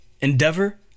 endeavor